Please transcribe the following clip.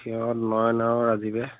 সিহঁত নয়ন আৰু ৰাজীৱ হে